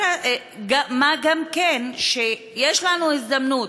מה גם שיש לנו הזדמנות.